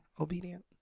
obedient